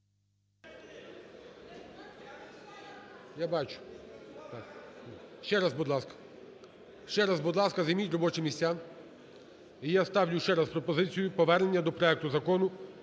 Я бачу. Ще раз, будь ласка, займіть робочі місця. І я ще раз ставлю пропозицію повернення до проекту Закону